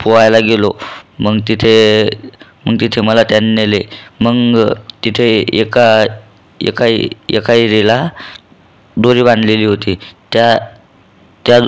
पोहायला गेलो मग तिथे मग तिथे मला त्यानं नेले मगं तिथे एका एका एका हिरीला दोरी बांधलेली होती त्या त्या